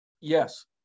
Yes